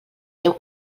déu